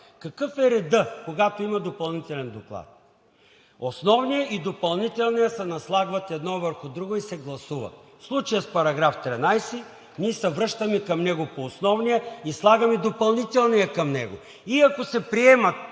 Какъв е редът, когато има допълнителен доклад? Основният и допълнителният се наслагват един върху друг и се гласуват. В случая с § 13 ние се връщаме към него по основния и слагаме допълнителния към него и ако се приемат